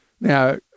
now